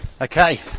Okay